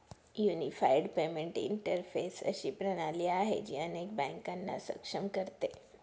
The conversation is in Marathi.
युनिफाईड पेमेंट इंटरफेस अशी प्रणाली आहे, जी अनेक बँकांना सक्षम करते